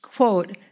Quote